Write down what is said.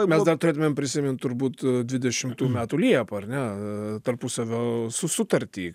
mes dar turėtumėm prisimint turbūt dvidešimtų metų liepą ar ne tarpusavio su sutartį